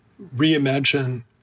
reimagine